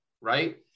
right